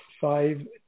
five